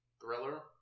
Thriller